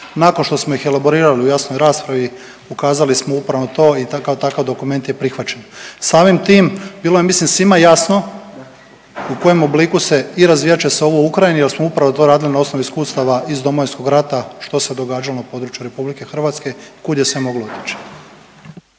Nakon što smo ih elaborirali u javnoj raspravi, ukazali smo upravo na to i takav, takav dokument je prihvaćen. Samim tim bilo je, ja mislim, svima jasno u kojem obliku se i razvijat će se ovo u Ukrajini jer smo upravo to radili na osnovu iskustava iz Domovinskog rata što se događalo na području RH, kud je se moglo otići.